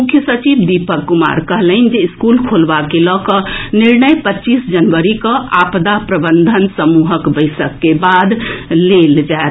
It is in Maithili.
मुख्य सचिव दीपक कुमार कहलनि जे स्कूल खोलबा के लऽ कऽ निर्णय पच्चीस जनवरी कऽ आपदा प्रबंधन समूहक बैसक के बाद लेल जाएत